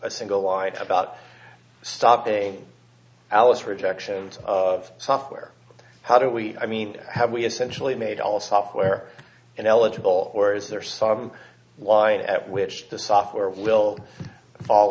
a single lie about stopping a callous rejection of software how do we i mean have we essentially made all software and eligible or is there some light at which the software will fall